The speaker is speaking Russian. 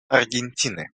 аргентины